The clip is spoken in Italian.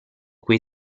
quei